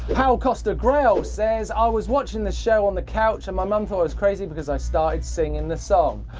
pau costa graell says, i was watching the show on the couch and my mum thought i was crazy because i started singing the song.